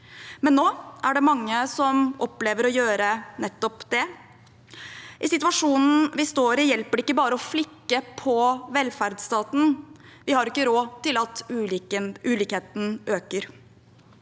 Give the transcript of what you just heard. men nå er det mange som opplever å gjøre nettopp det. I situasjonen vi står i, hjelper det ikke bare å flikke på velferdsstaten. Vi har ikke råd til at ulikheten øker.